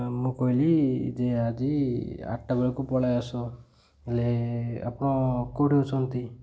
ମୁଁ କହିଲି ଯେ ଆଜି ଆଠଟା ବେଳକୁ ପଳାଇ ଆସ ହେଲେ ଆପଣ କେଉଁଠି ଅଛନ୍ତି